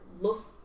look